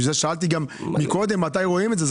לכן שאלתי קודם מתי רואים את זה.